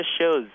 shows